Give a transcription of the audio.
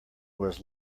was